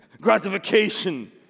gratification